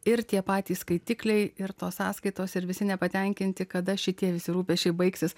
ir tie patys skaitikliai ir tos sąskaitos ir visi nepatenkinti kada šitie visi rūpesčiai baigsis